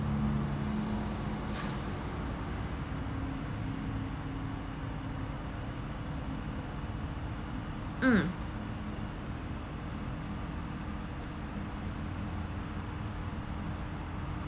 mm